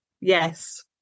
Yes